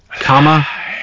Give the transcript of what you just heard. comma